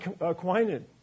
acquainted